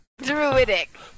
Druidic